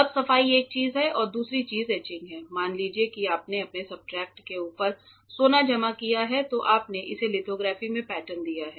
अब सफाई एक चीज है और दूसरी चीज एचिंग है मान लीजिए कि आपने अपने सब्सट्रेट के ऊपर सोना जमा किया है तो आपने इसे लिथोग्राफी में पैटर्न दिया है